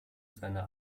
seiner